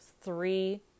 three